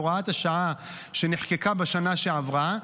מהוראת השעה שנחקקה בשנה שעברה,